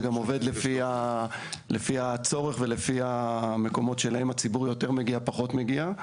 זה גם עובד לפי הצורך ולפי המקומות שאליהם הציבור יותר מגיע ופחות מגיע.